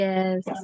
Yes